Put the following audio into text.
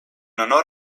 honor